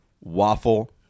waffle